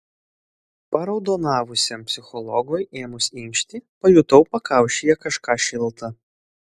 paraudonavusiam psichologui ėmus inkšti pajutau pakaušyje kažką šilta